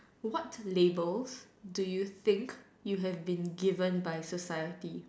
what labels do you think you have been given by society